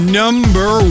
number